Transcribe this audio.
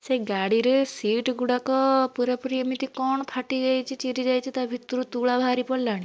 ସେଇ ଗାଡ଼ିରେ ସିଟ୍ଗୁଡ଼ାକ ପୂରାପୂରି ଏମିତି କ'ଣ ଫାଟିଯାଇଛି ଚିରିଯାଇଛି ତା ଭିତରୁ ତୁଳା ବାହାରି ପଡ଼ିଲାନି